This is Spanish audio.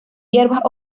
hierbas